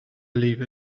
believe